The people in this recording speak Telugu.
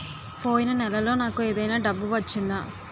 పోయిన నెలలో నాకు ఏదైనా డబ్బు వచ్చిందా?